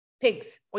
pigs